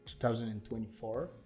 2024